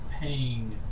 paying